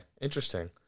interesting